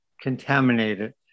contaminated